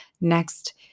next